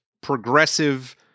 progressive